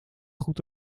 goed